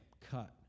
cut